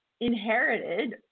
inherited